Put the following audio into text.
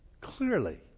clearly